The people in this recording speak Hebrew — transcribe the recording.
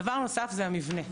דבר נוסף זה המבנה.